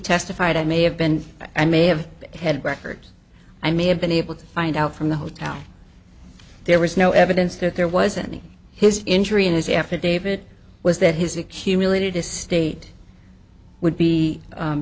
testified i may have been i may have had record i may have been able to find out from the hotel there was no evidence that there was any his injury in his affidavit was that his accumulated estate would be